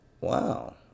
Wow